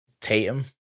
Tatum